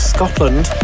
Scotland